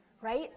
right